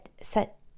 set